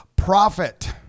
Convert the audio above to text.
profit